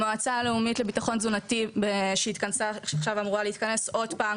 המועצה הלאומית לביטחון תזונתי שעכשיו אמורה להתכנס עוד פעם,